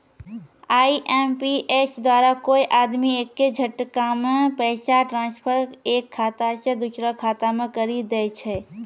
IMPS द्वारा कोय आदमी एक्के झटकामे पैसा ट्रांसफर एक खाता से दुसरो खाता मे करी दै छै